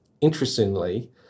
interestingly